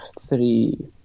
three